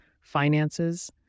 finances